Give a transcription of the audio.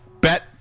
bet